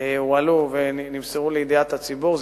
הועלו ונמסרו לידיעת הציבור.